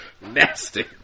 Nasty